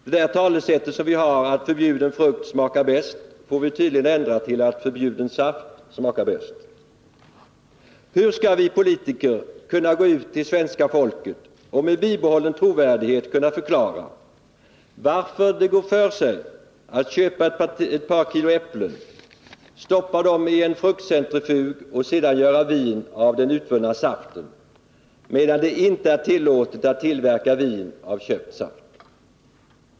Det där talesättet som vi har att ”förbjuden frukt smakar bäst” får vi tydligen ändra till att ”förbjuden saft smakar bäst”. Hur skall vi politiker kunna gå ut till svenska folket och med bibehållen trovärdighet kunna förklara varför det går för sig att köpa ett par kilo äpplen, stoppa dem i en fruktcentrifug och sedan göra vin av den utvunna saften, medan det inte är tillåtet att tillverka vin av köpt saft?